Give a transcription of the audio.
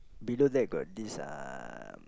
below that got this uh